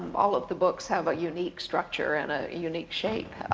all of the books have a unique structure and a unique shape.